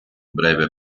breve